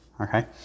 Okay